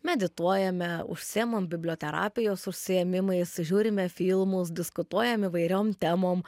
medituojame užsiimam biblioterapijos užsiėmimais žiūrime filmus diskutuojam įvairiom temom